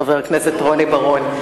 חבר הכנסת רוני בר-און.